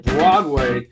Broadway